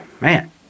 man